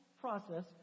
process